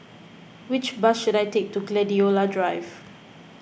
which bus should I take to Gladiola Drive